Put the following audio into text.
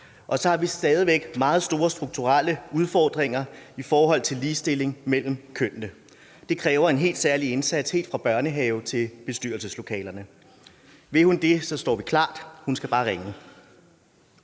og så har vi stadig væk meget store strukturelle udfordringer i forhold til ligestilling mellem kønnene. Det kræver en helt særlig indsats helt fra børnehave til bestyrelseslokaler. Vil hun det, så står vi klar, hun skal bare ringe.